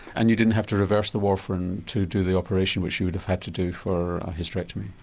and you didn't have to reverse the warfarin to do the operation, which you would have had to do for a hysterectomy?